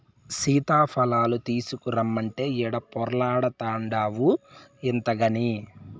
సీతాఫలాలు తీసకరమ్మంటే ఈడ పొర్లాడతాన్డావు ఇంతగని